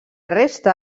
resta